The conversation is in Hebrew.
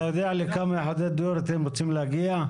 אתה יודע לכמה יחידות דיור אתם רוצים להגיע?